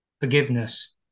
forgiveness